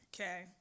Okay